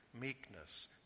meekness